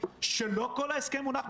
לא משנה מה תהיה התוצאה הרי עליה